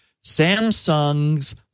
samsung's